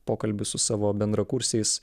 pokalbius su savo bendrakursiais